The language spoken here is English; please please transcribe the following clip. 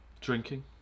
Drinking